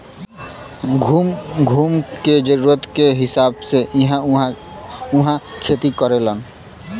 घूम घूम के जरूरत के हिसाब से इ इहां उहाँ खेती करेलन